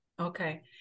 okay